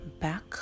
back